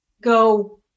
go